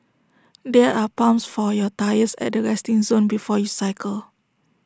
there are pumps for your tyres at the resting zone before you cycle